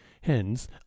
hence